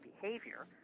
behavior